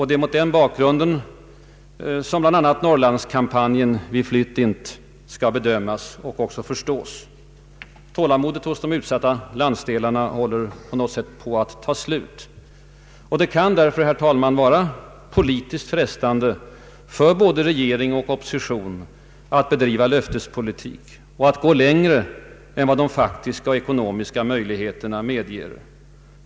Det är mot den bakgrunden som bl.a. Norrlandskampanjen ”Vi flytt int” skall bedömas och förstås. Tålamodet hos de utsatta landsdelarnas befolkning håller på något sätt på att ta slut. Det kan därför vara politiskt frestande för både regering och opposition att bedriva löftespolitik och att gå längre än vad de faktiska och ekonomiska möjligheterna medger.